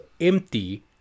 empty